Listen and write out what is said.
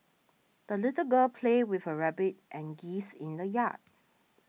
the little girl played with her rabbit and geese in the yard